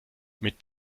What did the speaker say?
mit